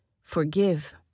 forgive